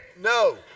no